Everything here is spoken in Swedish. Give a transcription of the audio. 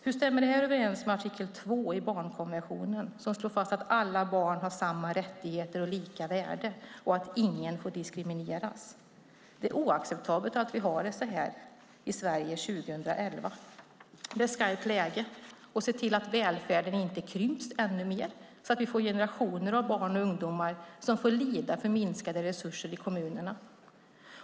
Hur stämmer den överens med artikel 2 i barnkonventionen som slår fast att alla barn har samma rättigheter och lika värde och att ingen får diskrimineras? Det är oacceptabelt att vi har det så i Sverige år 2011. Det är skarpt läge för att se till att välfärden inte krymps ännu mer och vi får generationer av barn och ungdomar som får lida för minskade resurser i kommunerna.